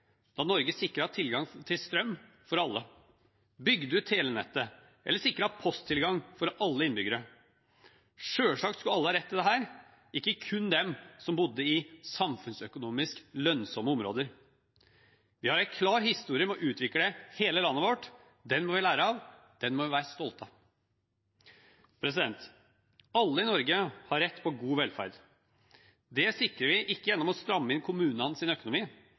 Norge sikret tilgang til strøm, bygde ut telenettet eller sikret posttilgang for alle innbyggere. Selvsagt skulle alle ha rett til dette, ikke kun dem som bodde i samfunnsøkonomisk lønnsomme områder. Vi har en klar historie med å utvikle hele landet vårt – den må vi lære av, og den må vi være stolte av. Alle i Norge har rett på god velferd. Det sikrer vi, ikke ved å stramme inn kommunenes økonomi